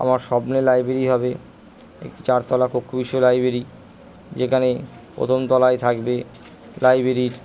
আমার স্বপ্নের লাইব্রেরি হবে একটি চারতলা কক্ষ বিশিষ্ট লাইব্রেরি যেখানে প্রথম তলায় থাকবে লাইব্রেরির